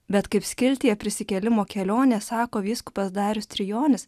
bet kaip skiltyje prisikėlimo kelionė sako vyskupas darius trijonis